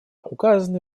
указаны